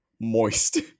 moist